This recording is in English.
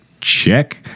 check